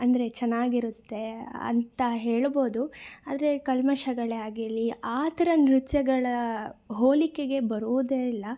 ಅಂದರೆ ಚೆನ್ನಾಗಿರುತ್ತೆ ಅಂತ ಹೇಳ್ಬೋದು ಆದರೆ ಕಲ್ಮಶಗಳೇ ಆಗಿರಲಿ ಆ ಥರ ನೃತ್ಯಗಳ ಹೋಲಿಕೆಗೆ ಬರೋದೆ ಇಲ್ಲ